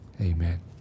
amen